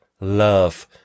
love